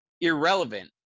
irrelevant